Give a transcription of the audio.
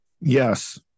Yes